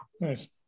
Nice